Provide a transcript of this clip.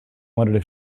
wondered